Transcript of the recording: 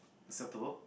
is acceptable